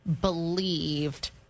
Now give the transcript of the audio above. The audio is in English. believed